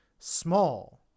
small